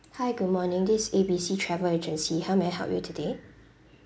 hi good morning this is A B C travel agency how may I help you today